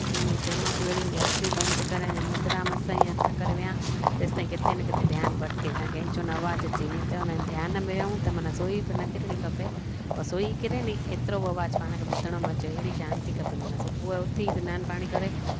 इन में बि चुनौतियूं अहिड़ियूं त अखियूं बंदि करणु मुद्रा मस ऐं हथ करे वियां तेसिताईं किथे न किथे ध्यानु भटिके जां कंहिंजो न आवाज़ु अचे ईएं चवंदा आहिनि त ध्यान में विहऊं त माना सुई बि न किरिणी खपे ऐं सुई किरे नी ऐतिरो बि आवाज़ु पाण खे ॿुधण में अचे अहिड़ी शांती खपे माना सुबुह जो उथी स्नान पाणी करे